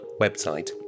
website